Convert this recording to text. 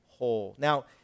Now